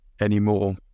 anymore